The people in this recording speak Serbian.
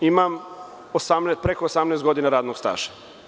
Imam preko 18 godina radnog staža.